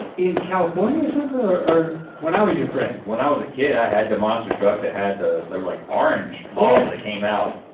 in california or something or when i was your friend? when i was a kid i had the monster truck that had the like like orange claws that came out.